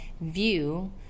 view